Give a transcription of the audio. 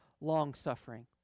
long-suffering